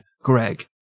Greg